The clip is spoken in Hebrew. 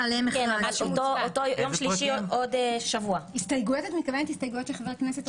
את מתכוונת הסתייגויות של חברי הכנסת.